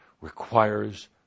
requires